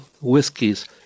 whiskies